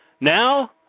Now